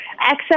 access